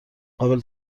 قابل